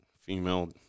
female